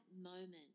moment